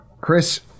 Chris